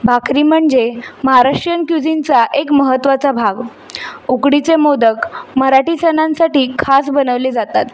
भाकरी म्हणजे महाराष्ट्रीयन क्युझिंचा एक महत्त्वाचा भाग उकडीचे मोदक मराठी सनांसाठी खास बनवले जातात